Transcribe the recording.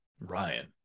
Ryan